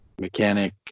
mechanic